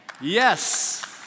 Yes